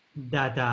that, ah,